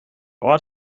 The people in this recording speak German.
ort